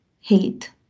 hate